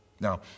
Now